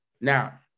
Now